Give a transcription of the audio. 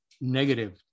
negative